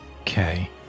Okay